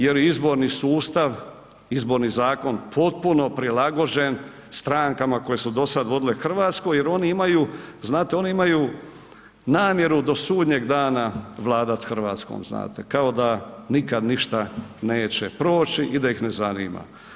Jer izborni sustav, Izborni zakon, potpuno prilagođen strankama koje su dosad vodile Hrvatsku jer one imaju, znate one imaju namjeru do sudnjeg dana vladati Hrvatskom, znate, kao da nikad ništa neće proći i da ih ne zanima.